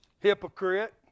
hypocrite